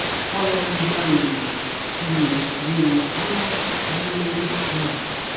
hollow moans and fiendish grins are, one may be sure,